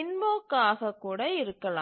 invoke ஆக கூட இருக்கலாம்